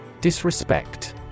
Disrespect